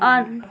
on